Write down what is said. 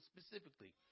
specifically